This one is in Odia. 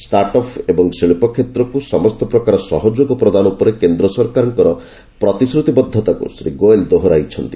ଷ୍ଟାର୍ଟଅପ୍ ଏବଂ ଶିଳ୍ପକ୍ଷେତ୍ରକୁ ସମସ୍ତ ପ୍ରକାର ସହଯୋଗ ପ୍ରଦାନ ଉପରେ କେନ୍ଦ୍ର ସରକାରଙ୍କର ପ୍ରତିଶ୍ରୁତିବଦ୍ଧତାକୁ ଶ୍ରୀ ଗୋଏଲ ଦୋହରାଇଛନ୍ତି